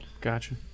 Gotcha